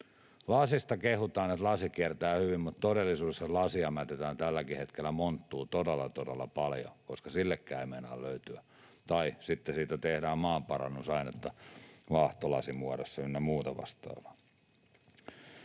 Lasista kehutaan, että lasi kiertää hyvin, mutta todellisuudessa lasia mätetään tälläkin hetkellä monttuun todella, todella paljon, koska sillekään ei meinaa löytyä ratkaisua, tai sitten siitä tehdään maanparannusainetta vaahtolasimuodossa ynnä muuta vastaavaa.